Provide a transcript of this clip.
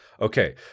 Okay